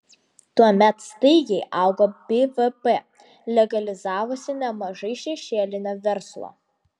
tuomet staigiai augo bvp legalizavosi nemažai šešėlinio verslo